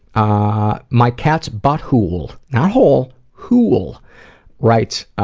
um. my cat's butthool, not hole, hool, writes,